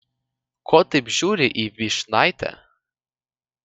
ko taip žiūri į vyšnaitę